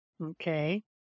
Okay